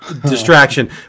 distraction